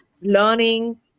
learning